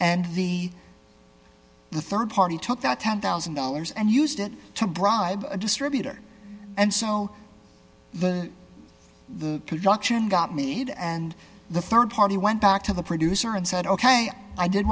and the the rd party took that ten thousand dollars and used it to bribe a distributor and so the the production got me to and the rd party went back to the producer and said ok i did